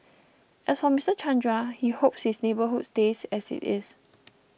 as for Mister Chandra he hopes his neighbourhood stays as it is